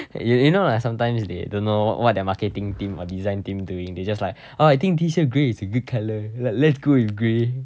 you you know lah sometimes they don't know what their marketing team or design team doing they just like oh I think this year grey is a good colour let~ let's go with grey